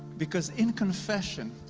because in confession,